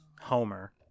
homer